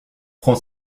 prend